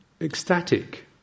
ecstatic